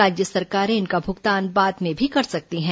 राज्य सरकारें इनका भुगतान बाद में भी कर सकती हैं